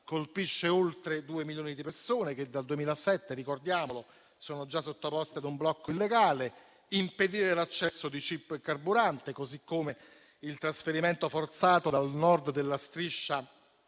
colpisce oltre due milioni di persone, che dal 2007 sono già sottoposte ad un blocco illegale; il fatto di impedire l'accesso di cibo e carburante, così come il trasferimento forzato dal Nord della Striscia,